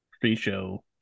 pre-show